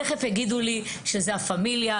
תכף יגידו לי שזה הפמילייה,